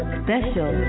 special